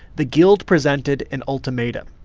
the guild presented an ultimatum.